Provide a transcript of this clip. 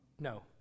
No